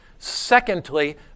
Secondly